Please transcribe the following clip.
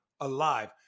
alive